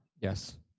Yes